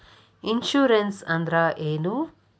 Insurance ಅಂದ್ರ ಏನು?